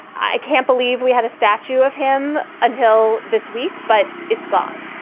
i can't believe we had a statue of him until this week, but it's gone.